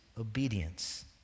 Obedience